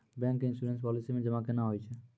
Bank के insurance policy मे जमा केना होय छै?